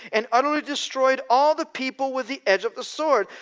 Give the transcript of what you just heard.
and utterly destroyed all the people with the edge of the sword.